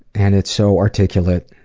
and it's so articulate